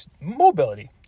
mobility